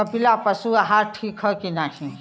कपिला पशु आहार ठीक ह कि नाही?